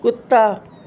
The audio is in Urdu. کتا